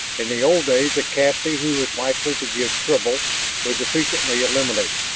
in the old days a captive who was likely to give trouble was efficiently eliminated.